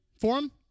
Forum